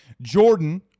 Jordan